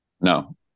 No